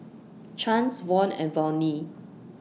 Chance Von and Volney